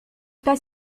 pas